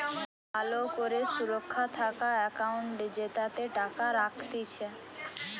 ভালো করে সুরক্ষা থাকা একাউন্ট জেতাতে টাকা রাখতিছে